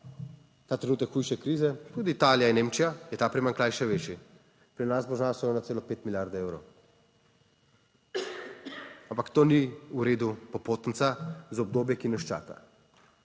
ta trenutek hujše krize, tudi Italija in Nemčija, je ta primanjkljaj še večji, pri nas bo znašal 1,5 milijarde evrov. Ampak to ni v redu popotnica za obdobje, ki nas čaka.